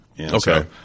Okay